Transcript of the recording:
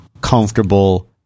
comfortable